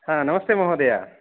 हा नमस्ते महोदय